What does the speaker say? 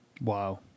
Wow